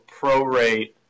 prorate